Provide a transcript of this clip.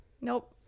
Nope